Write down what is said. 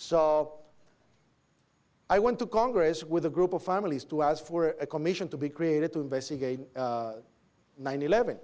so i went to congress with a group of families to ask for a commission to be created to investigate nine eleven